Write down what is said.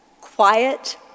quiet